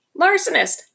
larcenist